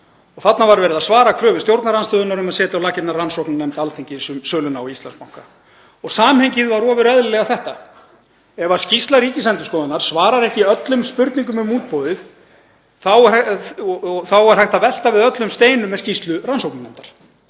Þarna var verið að svara kröfu stjórnarandstöðunnar um að setja á laggirnar rannsóknarnefnd Alþingis um söluna á Íslandsbanka. Samhengið var ofur eðlilega þetta: Ef skýrsla Ríkisendurskoðunar svarar ekki öllum spurningum um útboðið þá er hægt að velta við öllum steinum í skýrslu rannsóknarnefndar.